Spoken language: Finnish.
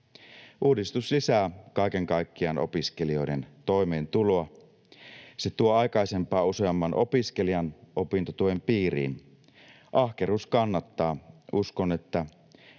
Uudistus lisää kaiken kaikkiaan opiskelijoiden toimeentuloa. Se tuo aikaisempaa useamman opiskelijan opintotuen piiriin. Ahkeruus kannattaa. Uskon, että